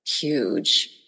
huge